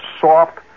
soft